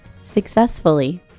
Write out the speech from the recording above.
successfully